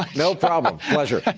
no problem. pleasure.